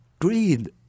Greed